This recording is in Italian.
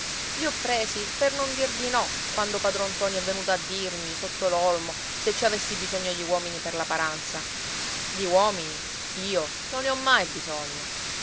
i ho presi per non dir di no quando padron ntoni è venuto a dirmi sotto l'olmo se ci avessi bisogno di uomini per la paranza di uomini io non ne ho mai bisogno